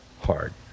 hard